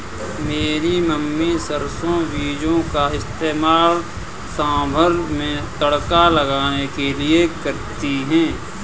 मेरी मम्मी सरसों बीजों का इस्तेमाल सांभर में तड़का लगाने के लिए करती है